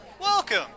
Welcome